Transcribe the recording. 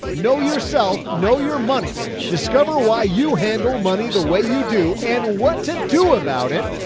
know yourself, know your money discover why you handle money the way you do and what to do about it.